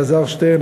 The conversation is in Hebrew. אלעזר שטרן,